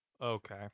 Okay